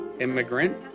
immigrant